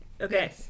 Okay